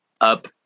up